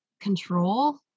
control